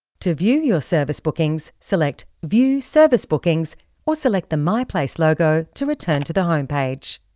to view your service bookings, select view service bookings or select the myplace logo to return to the home page.